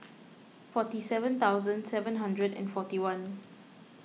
forty seven thousand seven hundred and forty one